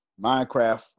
Minecraft